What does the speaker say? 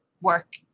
work